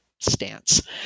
stance